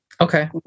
Okay